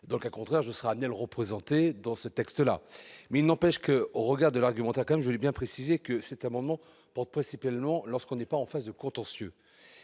le cas contraire je sera représentés dans ce texte-là, mais il n'empêche que, au regard de l'argumentaire comme je ai bien précisé que cet amendement porte principalement lorsqu'on n'est pas en face de contentieux